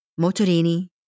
Motorini